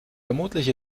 vermutlich